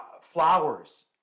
flowers